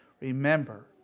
remember